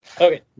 okay